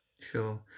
Sure